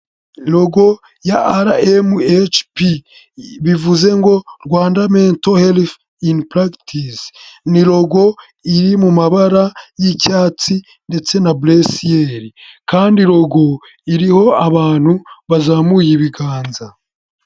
Rogo ya R M H P bivuze ngo Rwanda mento herifu ini paragitisi, ni rogo iri mu mabara y'icyatsi ndetse na buresiyeri kandi rogo iriho abantu bazamuye ibiganza.